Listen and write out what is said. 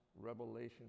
revelation